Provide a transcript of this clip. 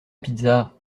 pizza